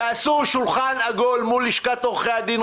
תעשו שולחן עגול מול לשכת עורכי הדין,